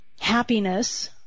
Happiness